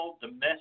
domestic